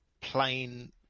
plain